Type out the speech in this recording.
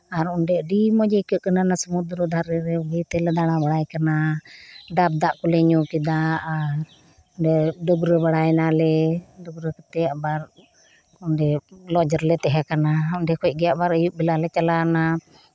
ᱟᱨ ᱚᱸᱰᱮ ᱟᱹᱰᱤ ᱢᱚᱡᱽ ᱟᱭᱠᱟᱹᱜ ᱠᱟᱱᱟ ᱚᱱᱟ ᱥᱩᱢᱩᱫᱽᱫᱨᱚ ᱫᱷᱟᱨᱮ ᱨᱮ ᱵᱩᱜᱤ ᱛᱮᱞᱮ ᱫᱟᱬᱟ ᱵᱟᱲᱟᱭ ᱠᱟᱱᱟ ᱰᱟᱵᱽ ᱫᱟᱜ ᱠᱚᱞᱮ ᱧᱩᱭᱮᱫᱟ ᱟᱨ ᱞᱮ ᱰᱟᱹᱵᱽᱨᱟᱹ ᱵᱟᱲᱟᱭᱮᱱᱟ ᱟᱞᱮ ᱰᱟᱹᱵᱽᱨᱟᱹ ᱠᱟᱛᱮᱜ ᱟᱵᱟᱨ ᱚᱸᱰᱮ ᱞᱚᱡᱽ ᱨᱮᱞᱮ ᱛᱟᱦᱮᱸ ᱠᱟᱱᱟ ᱚᱱᱠᱟᱜᱮ ᱟᱨᱚ ᱟᱹᱭᱩᱵ ᱵᱮᱞᱟ ᱞᱮ ᱪᱟᱞᱟᱣᱱᱟ